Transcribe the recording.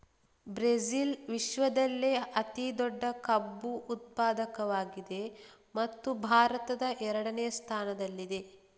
Brazil ವಿಶ್ವದಲ್ಲೇ ಅತಿ ದೊಡ್ಡ ಕಬ್ಬು ಉತ್ಪಾದಕವಾಗಿದೆ ಮತ್ತು ಭಾರತ ಎರಡನೇ ಸ್ಥಾನದಲ್ಲಿದೆ